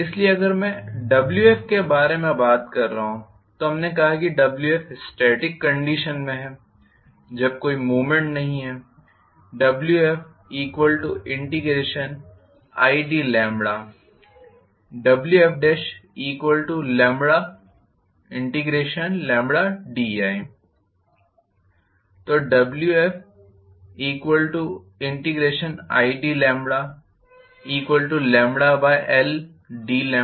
इसलिए अगर मैं Wf के बारे में बात कर रहा हूं तो हमने कहा कि Wf स्टॅटिक कंडीशन में है जब कोई मूवमेंट नहीं है Wfid Wfdi